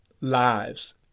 lives